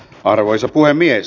arvoisa puhemies